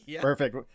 Perfect